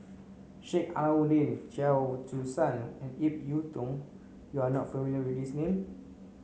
Sheik Alau'ddin Chia Choo Suan and Ip Yiu Tung you are not familiar with these names